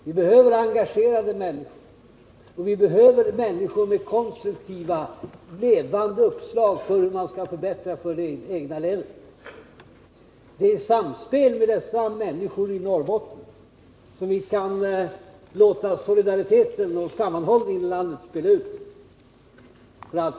Vi behöver engagerade människor, och vi behöver människor med konstruktiva, levande uppslag för hur man skall förbättra för det egna länet. Det är i samspel med människorna i Norrbotten som vi kan låta solidariteten och sammanhållningen i landet blomma ut.